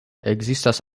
ekzistas